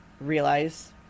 realize